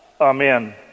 Amen